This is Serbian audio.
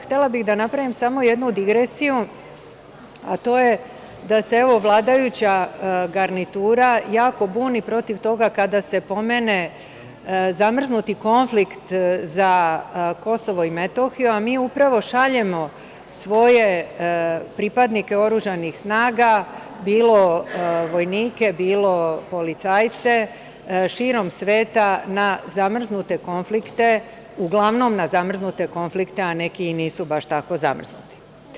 Htela bih da napravim samo jednu digresiju, a to je da se, evo, vladajuća garnitura jako buni protiv toga kada se pomene zamrznuti konflikt za Kosovo i Metohiju, a mi upravo šaljemo svoje pripadnike oružanih snaga, bilo vojnike, bilo policajce, širom sveta uglavnom na zamrznute konflikte, a neki i nisu baš tako zamrznuti.